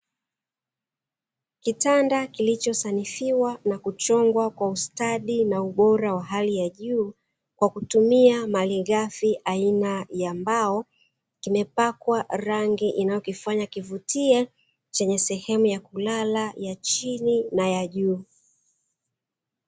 Kitanda kilichosanifiwa na kuchongwa kwa ustadi na ubora wa hali ya juu kwa kutumia malighafi aina ya mbao, kimepakwa rangi inayofanya kivutie, chenye sehemu ya kulala ya chini na ya juu.